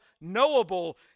knowable